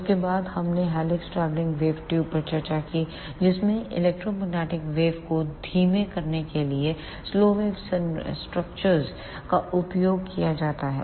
उसके बाद हमने हेलिक्स ट्रैवलिंग वेव ट्यूब पर चर्चा की जिसमें इलेक्ट्रोमैग्नेटिक वेव को धीमा करने के लिए सलो वेव संरचनाओं का उपयोग किया जाता है